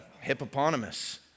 hippopotamus